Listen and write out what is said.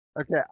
Okay